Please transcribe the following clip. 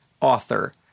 author